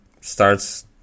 starts